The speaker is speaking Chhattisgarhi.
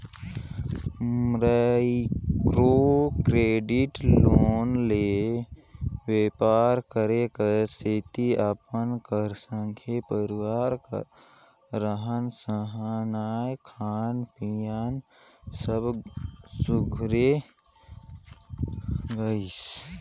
माइक्रो क्रेडिट लोन ले बेपार करे कर सेती अपन कर संघे परिवार कर रहन सहनए खान पीयन सब सुधारे गइस